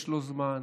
יש לו זמן?